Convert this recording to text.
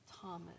Thomas